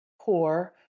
poor